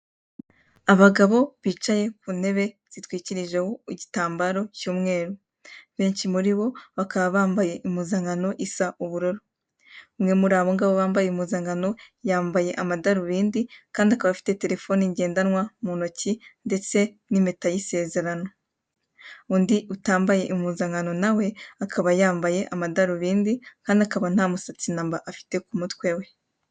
Abagabo bicaye ku ntebe zitwikirijeho igitambaro cy'umweru, benshi muri bo bakaba bambaye impuzankano isa ubururu. Umwe muri abo ngabo bambaye impuzankano yambaye amadarubindi, kandi akaba afite telefoni ngendanwa mu ntoki, ndetse n'impeta y'isezerano. Undi utambaye impuzankano na we akaba yambaye amadarubindi kandi akaba nta musatsi na mba afite ku mutwe we.